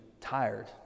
tired